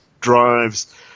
drives